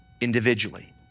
individually